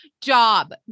job